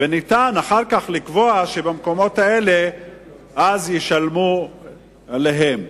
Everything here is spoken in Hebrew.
ואחר כך יהיה אפשר לקבוע שבמקומות האלה אז ישלמו להם.